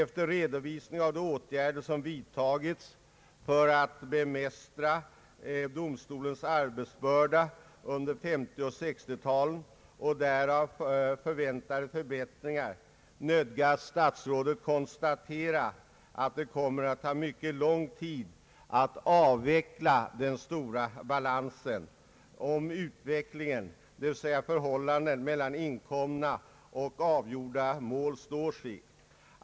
Efter redovisning av de åtgärder som vidtagits för att bemästra domstolens arbetsbörda under 1950 och 1960-talen och därav förväntade förbättringar nödgas statsrådet konstatera »att det kommer att ta mycket lång tid att avveckla den stora balansen» om utvecklingen, dvs. förhållandet mellan inkomna och avgjorda mål, står sig.